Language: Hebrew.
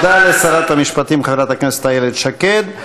תודה לשרת המשפטים, חברת הכנסת איילת שקד.